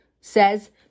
says